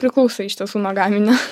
priklauso iš tiesų nuo gaminio